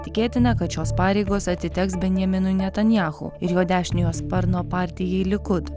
tikėtina kad šios pareigos atiteks benjaminui netanjahu ir jo dešiniojo sparno partijai likud